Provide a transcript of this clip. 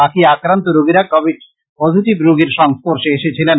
বাকী আক্রান্ত রোগীরা কোবিড পজিটিভ রোগীর সংর্স্পশে এসেছিলেন